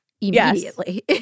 immediately